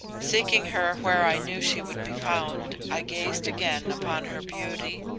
seeking her where i knew she would be found, i gazed again upon her beauty.